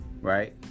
right